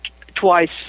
twice